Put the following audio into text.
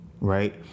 right